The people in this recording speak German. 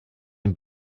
ein